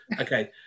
okay